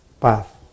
path